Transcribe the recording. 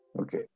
Okay